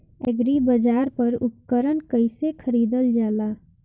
एग्रीबाजार पर उपकरण कइसे खरीदल जाला?